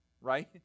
Right